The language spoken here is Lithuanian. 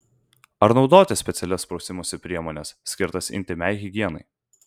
ar naudoti specialias prausimosi priemones skirtas intymiai higienai